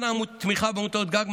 תמיכה בעמותות גג,